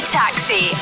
taxi